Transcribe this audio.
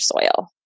soil